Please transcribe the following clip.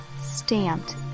stamped